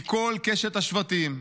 מכל קשת השבטים,